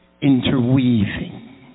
interweaving